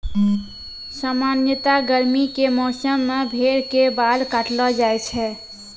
सामान्यतया गर्मी के मौसम मॅ भेड़ के बाल काटलो जाय छै